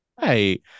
hey